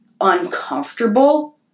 uncomfortable